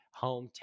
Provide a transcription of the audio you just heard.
hometown